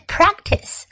Practice